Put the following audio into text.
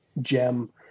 gem